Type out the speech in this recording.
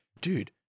dude